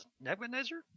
Nebuchadnezzar